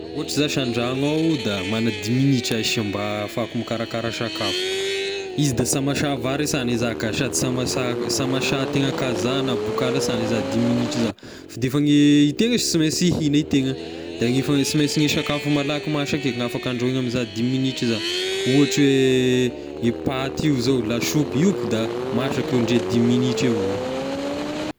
Raha ohatry zashy an-dragno ao da magna dimy minitra iaho shy mba ahafahako mikarakara sakafo, izy da sy hamasaha vary eh sana za ka, sady sy hamasaha sy hamasaha tegna kazà na bokala sana iza dimy minitra iza, fa de efa gne e tegna sy mainsy ihigna e tegna, da ny efa sy mainsy ny sakafo malaky masaky eky no afaky andrahoa amiza dimy minitra iza, ohatry hoe e paty io zao lasopy, io koa da masaka io ndre dimy minitry avao.